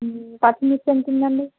పచ్చిమిర్చి ఎంతుందండి